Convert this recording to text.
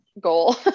goal